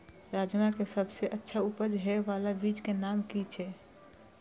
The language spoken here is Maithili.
राजमा के सबसे अच्छा उपज हे वाला बीज के नाम की छे?